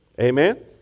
Amen